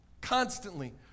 constantly